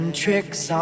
tricks